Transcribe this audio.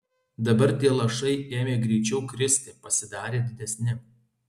dabar tie lašai ėmė greičiau kristi pasidarė didesni